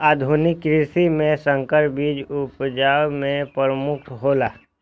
आधुनिक कृषि में संकर बीज उपज में प्रमुख हौला